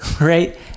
right